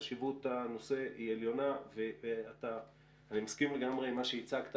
חשיבות הנושא היא עליונה ואני מסכים לגמרי עם מה שהצגת,